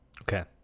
Okay